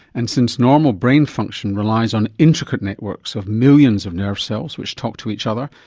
and since normal brain function relies on intricate networks of millions of nerve cells which talk to each other,